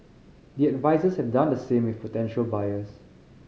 the advisers have done the same with potential buyers